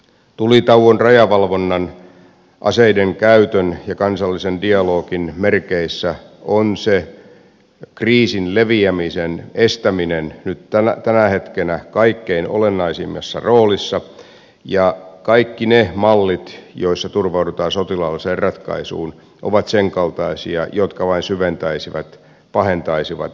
tulitauon rajavalvonnan aseiden käytön ja kansallisen dialogin merkeissä on se kriisin leviämisen estäminen nyt tänä hetkenä kaikkein olennaisimmassa roolissa ja kaikki ne mallit joissa turvaudutaan sotilaalliseen ratkaisuun ovat sen kaltaisia että ne vain syventäisivät pahentaisivat tilannetta